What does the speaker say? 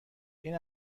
این